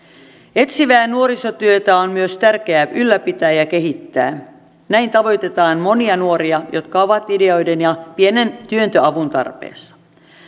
etsivää nuorisotyötä on myös tärkeää ylläpitää ja kehittää näin tavoitetaan monia nuoria jotka ovat ideoiden ja pienen työntöavun tarpeessa